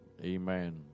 amen